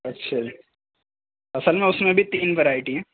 اچھا جی اصل میں اس میں بھی تین ورائٹی ہیں